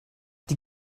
die